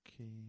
Okay